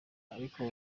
ariko